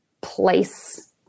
place